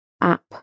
app